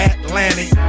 Atlantic